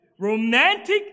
romantic